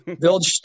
build